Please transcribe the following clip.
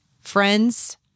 Friends